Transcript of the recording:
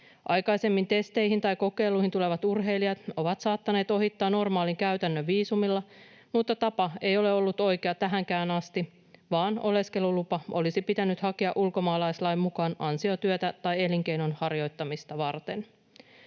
Aikaisemmin testeihin tai kokeiluihin tulevat urheilijat ovat saattaneet ohittaa normaalin käytännön viisumilla, mutta tapa ei ole ollut oikea tähänkään asti, vaan oleskelulupa olisi pitänyt hakea ulkomaalaislain mukaan ansiotyötä tai elinkeinon harjoittamista varten.